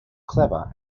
clever